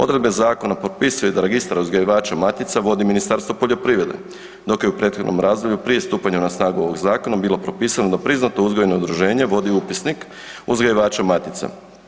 Odredbom zakona potpisuje da registar uzgajivača matica vodi Ministarstvo poljoprivrede, dok je u prethodnom razdoblju prije stupanja na snagu ovog zakona bilo propisano da priznato uzgojno udruženje vodi upisnik uzgajivača matica.